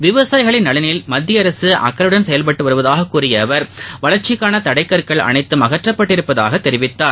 விவசாயிகளின் நலனில் மத்திய அரசு அக்கறையுடன் செயல்பட்டு வருவதாக கூறிய அவர் வளர்ச்சிக்கான தடைக்கற்கள் அனைத்தும் அகற்றப்பட்டிருப்பதாக தெரிவித்தார்